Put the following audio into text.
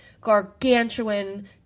gargantuan